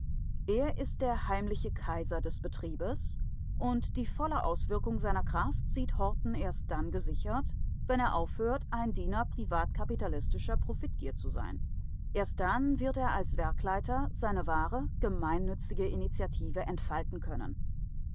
er ist der heimliche kaiser des betriebes und die volle auswirkung seiner kraft sieht horten erst dann gesichert wenn er aufhört ein diener privatkapitalistischer profitgier zu sein erst dann wird er als werkleiter seine wahre gemeinnützige initiative entfalten können